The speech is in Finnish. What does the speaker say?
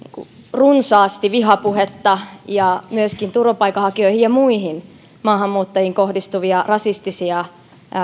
runsaasti vihapuhetta ja myöskin turvapaikanhakijoihin ja muihin maahanmuuttajiin kohdistuvia rasistisia